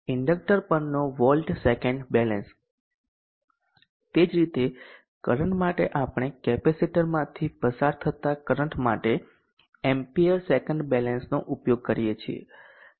inductor પરનો volt second balance તે જ રીતે કરંટ માટે આપણે કેપેસિટરમાંથી પસાર થતા કરંટ માટે એમ્પીયર સેકંડ બેલેન્સનો ઉપયોગ કરીએ છીએ